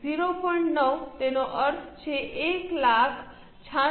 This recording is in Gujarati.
9 તેનો અર્થ છે 166320